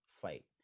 fight